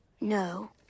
No